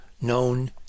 known